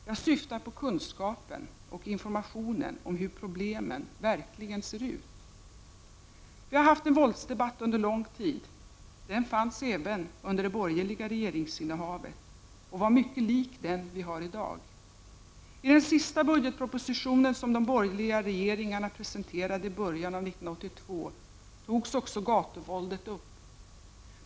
Jag syftar på kunskapen och informationen om hur problemen verkligen ser ut. Vi har haft en våldsdebatt under lång tid. Den fanns även under det borgerliga regeringsinnehavet och var mycket lik den vi har i dag. I den sista budgetproposition som de borgerliga regeringarna presenterade i början av 1982 togs också gatuvåldet upp.